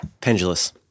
pendulous